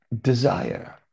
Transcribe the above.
desire